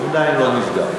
עדיין לא נסגר.